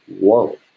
whoa